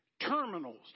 terminals